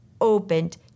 opened